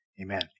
amen